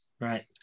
Right